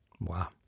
Wow